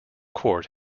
court